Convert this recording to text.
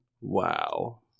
Wow